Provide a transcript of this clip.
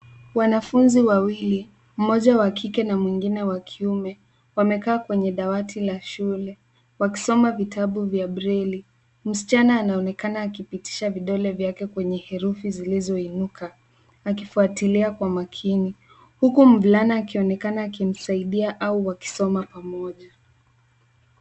Wanafunzi wawili, mmoja wa kike na mwingine wa kiume, wamekaa kwenye dawati la shule wakisoma vitabu vya braille . Msichana anaonekana akipitisha vidole vyake kwenye herufi zilizoinuka akifuatilia kwa makini huku mvulana akionekana akimsaidia au wakisoma pamoja.